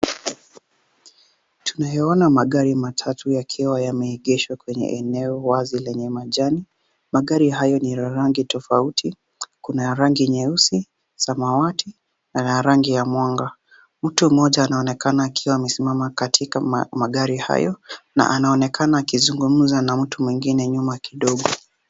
Tunayaona magari matatu yakiwa yameegeshwa kwenye eneo wazi lenye majani. Magari hayo ni ya rangi tofauti, kuna ya rangi nyeusi, samawati na la rangi ya mwanga. Mtu mmoja anaonekana akiwa amesimama katika magari hayo na anaonekana akizungumza na mtu mwingine nyuma kidogo.